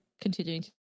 continuing